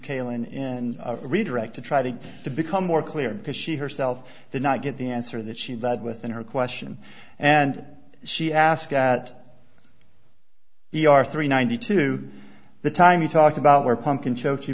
kaylin redirect to try to to become more clear because she herself did not get the answer that she that within her question and she asked that e r three ninety two the time you talked about where pumpkin choked you